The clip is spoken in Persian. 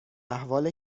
احوال